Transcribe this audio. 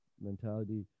mentality